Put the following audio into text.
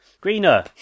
Greener